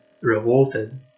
revolted